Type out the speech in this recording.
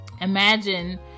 imagine